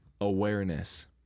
Awareness